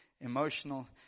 emotional